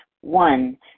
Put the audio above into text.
One